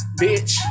bitch